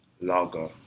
lager